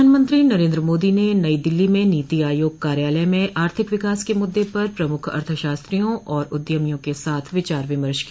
प्रधानमंत्री नरेंद्र मोदी ने नई दिल्ली में नीति आयोग कार्यालय में आर्थिक विकास के मुद्दे पर प्रमुख अर्थशास्त्रियों और उद्यमियों के साथ विचार विमर्श किया